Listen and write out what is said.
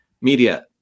media